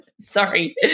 Sorry